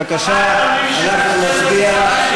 בבקשה, אנחנו נצביע.